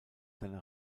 seine